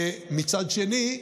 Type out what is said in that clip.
ומצד שני,